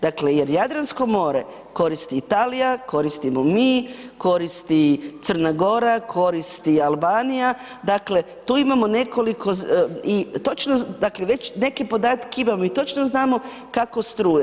Dakle jer Jadransko more koristi Italija, koristimo mi, koristi Crna Gora, koristi Albanija, dakle, tu imamo nekoliko i točno, dakle već neke podatke i imamo i točno znamo kako struje.